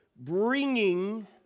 bringing